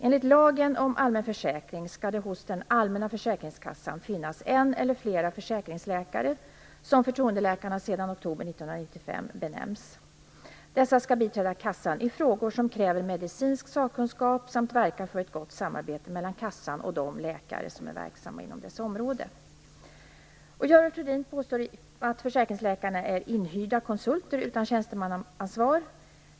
Enligt lagen om allmän försäkring skall det hos den allmänna försäkringskassan finnas en eller flera försäkringsläkare, som förtroendeläkarna sedan oktober 1995 benämns. Dessa skall biträda kassan i frågor som kräver medicinsk sakkunskap samt verka för ett gott samarbete mellan kassan och de läkare som är verksamma inom dess område. Görel Thurdin påstår att försäkringsläkarna är inhyrda konsulter utan tjänstemannaansvar.